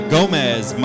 Gomez